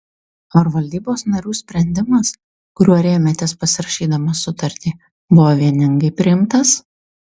ar valdybos narių sprendimas kuriuo rėmėtės pasirašydamas sutartį buvo vieningai priimtas